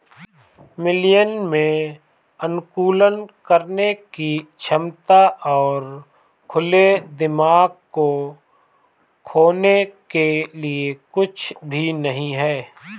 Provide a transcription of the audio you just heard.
millennial में अनुकूलन करने की क्षमता और खुले दिमाग को खोने के लिए कुछ भी नहीं है